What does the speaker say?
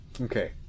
okay